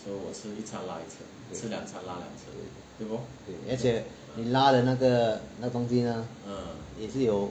对对对而且你拉的那个那个东西也是有